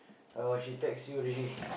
oh she text you already